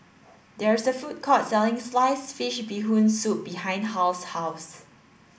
there is a food court selling sliced fish bee hoon soup behind Hal's house